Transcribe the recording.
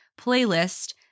playlist